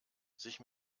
sich